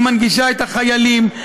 היא מנגישה את החיילים,